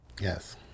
Yes